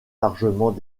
largement